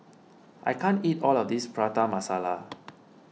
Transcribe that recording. I can't eat all of this Prata Masala